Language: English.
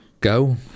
go